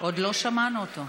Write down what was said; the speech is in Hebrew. עוד לא שמענו אותו.